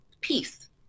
peace